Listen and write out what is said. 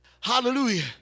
Hallelujah